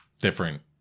different